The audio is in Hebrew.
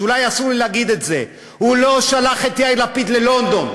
שאולי אסור לי להגיד: הוא לא שלח את יאיר לפיד ללונדון.